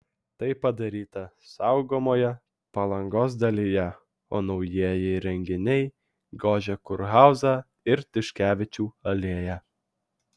tai padaryta saugomoje palangos dalyje o naujieji įrenginiai gožia kurhauzą ir tiškevičių alėją